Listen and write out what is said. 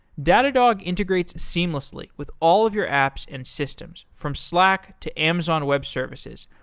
datadog integrates seamlessly with all of your apps and systems from slack, to amazon web services,